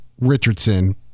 Richardson